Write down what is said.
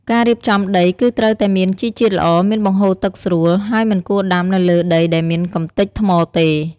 ការរៀបចំដីគឺត្រូវតែមានជីជាតិល្អ មានបង្ហូរទឹកស្រួល ហើយមិនគួរដាំនៅលើដីដែលមានកម្ទេចថ្មទេ។